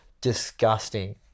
Disgusting